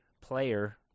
player